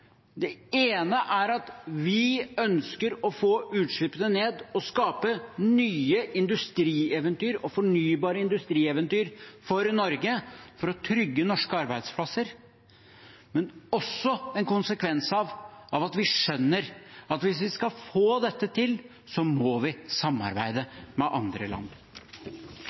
Det ene er at vi ønsker å få utslippene ned og skape nye industrieventyr og fornybare industrieventyr for Norge for å trygge norske arbeidsplasser. Det er også en konsekvens av at vi skjønner at hvis vi skal få dette til, må vi samarbeide med andre land.